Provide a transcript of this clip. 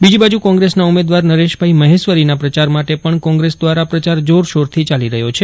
બીજી બાજુ કોંગ્રેસના ઉમેદવાર નરેશભાઇ મહેશ્વરીના પ્રચાર માટે પણ કોંગ્રેસ દવારા પ્રચાર જોરશોરથી ચાલી રહયયો છે